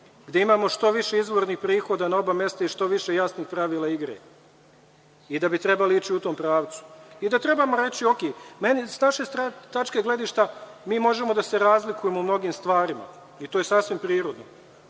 gde imamo što više izvornih prihoda na oba mesta i što više jasnih pravila igre i da bi trebali ići u tom pravcu i da trebamo reći – okej, sa naše tačke gledišta mi možemo da se razlikujemo u mnogim stvarima i to je sasvim prirodno.